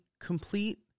Complete